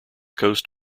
coast